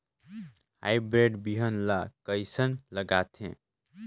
Hybrid बिहान ला कइसन लगाथे?